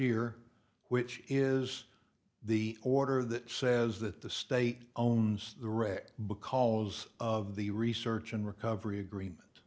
year which is the order that says that the state owns the wreck because of the research and recovery agreement